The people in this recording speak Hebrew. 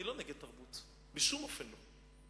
אני לא נגד תרבות, בשום אופן לא.